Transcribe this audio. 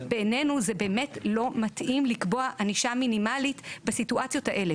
בעיננו זה באמת לא מתאים לקבוע ענישה מינימלית בסיטואציות האלה.